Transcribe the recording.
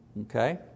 Okay